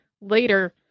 later